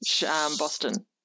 boston